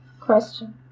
question